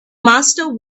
master